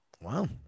Wow